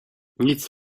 nic